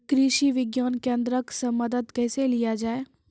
कृषि विज्ञान केन्द्रऽक से मदद कैसे लिया जाय?